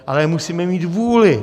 Ale musíme mít vůli.